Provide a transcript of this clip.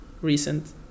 recent